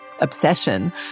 obsession